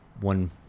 one